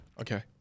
Okay